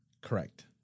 Correct